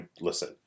Listen